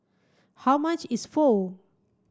how much is Pho